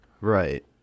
Right